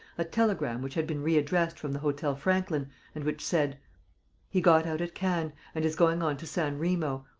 a telegram which had been readdressed from the hotel franklin and which said he got out at cannes and is going on to san remo,